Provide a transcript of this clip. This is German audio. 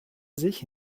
sich